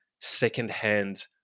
Secondhand